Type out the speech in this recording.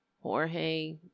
Jorge